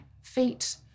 Feet